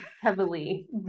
heavily